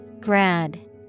grad